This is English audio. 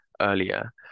earlier